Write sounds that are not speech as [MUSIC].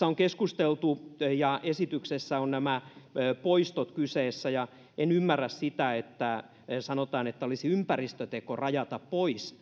[UNINTELLIGIBLE] on keskusteltu ja esityksessä on nämä poistot kyseessä ja en ymmärrä sitä että sanotaan että olisi ympäristöteko rajata pois käytetty